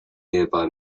nearby